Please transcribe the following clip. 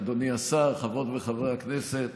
אדוני השר, חברות וחברי הכנסת,